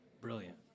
Brilliant